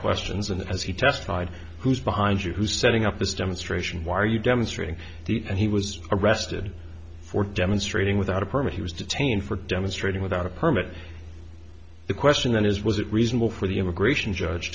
questions and as he testified who's behind you who's setting up this demonstration why are you demonstrating the he was arrested for demonstrating without a permit he was detained for demonstrating without a permit the question then is was it reasonable for the immigration judge